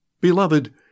Beloved